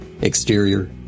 Exterior